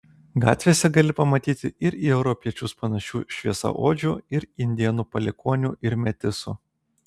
gatvėse gali pamatyti ir į europiečius panašių šviesiaodžių ir indėnų palikuonių ir metisų